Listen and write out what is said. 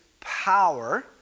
power